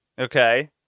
Okay